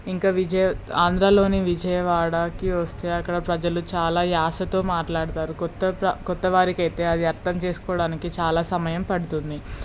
ఇంకా విజయ ఆంధ్రాలోని విజయవాడకి వస్తే అక్కడ ప్రజలు చాలా యాసతో మాట్లాడుతారు కొత్త ప్ర కొత్తవారికైతే అది అర్థం చేసుకోవడానికి చాలా సమయం పడుతుంది